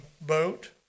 boat